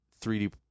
3D